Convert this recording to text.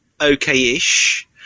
okay-ish